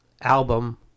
album